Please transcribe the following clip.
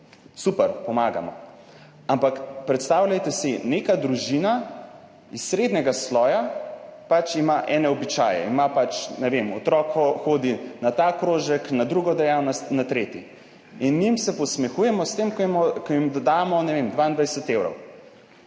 Super, pomagamo. Ampak predstavljajte si, neka družina iz srednjega sloja ima neke običaje, ne vem, otrok hodi na ta krožek, na drugo dejavnost in tako naprej. Njim se posmehujemo s tem, ko jim dodamo, ne vem, 22 evrov.